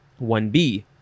1B